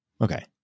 Okay